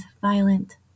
violent